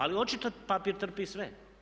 Ali očito papir trpi sve.